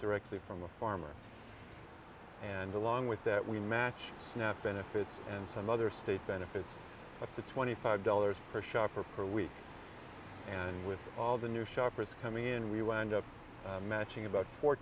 directly from a farmer and along with that we match snap benefits and some other state benefits up to twenty five dollars per shopper per week and with all the new shoppers coming in we wound up matching about four